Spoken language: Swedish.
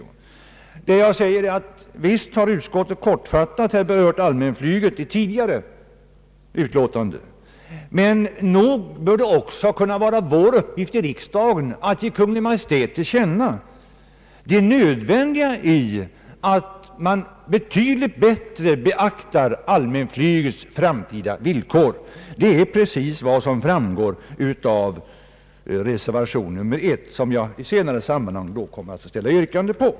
Jag anför där bl.a. att visst har utskottet kortfattat berört allmänflyget i föregående utlåtande, men nog bör det också kunna vara vår uppgift här i riksdagen att ge Kungl. Maj:t till känna det nödvändiga i att man betydligt bättre beaktar allmänflygets framtida villkor. Det är en del av innehållet i reservation nr 1, vilken jag senare kommer att yrka bifall till.